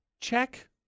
check